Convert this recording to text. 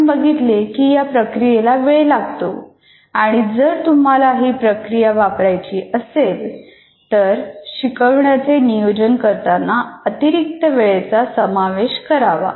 आपण बघितले की या प्रक्रियेला वेळ लागतो आणि जर तुम्हाला ही प्रक्रिया वापरायची असेल तर शिकवण्याचे नियोजन करताना अतिरिक्त वेळेचा समावेश करावा